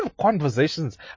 conversations